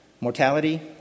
Mortality